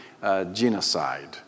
genocide